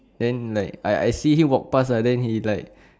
then like I I see him walk pass lah then he like